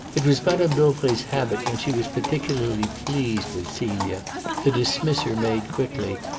it was madame dauvray's habit when she was particularly pleased with celia to dismiss her maid quickly,